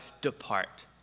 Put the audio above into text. depart